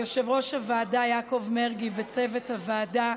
ליושב-ראש הוועדה יעקב מרגי וצוות הוועדה,